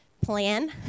plan